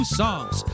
songs